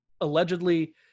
allegedly